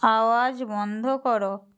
আওয়াজ বন্ধ করো